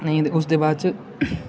नेईं ते उसदे बाद च